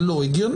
זה לא הגיוני.